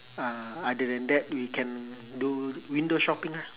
uh other than that we can do window shopping ah